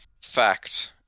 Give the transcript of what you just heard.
fact